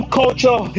culture